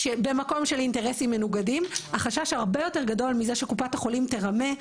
במקום של אינטרסים מנוגדים החשש הרבה יותר גדול מזה שקופת החולים תרמה,